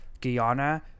Guyana